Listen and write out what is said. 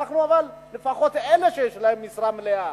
אבל לפחות אנחנו אלה שיש להם משרה מלאה,